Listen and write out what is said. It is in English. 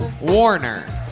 Warner